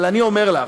אבל אני אומר לך,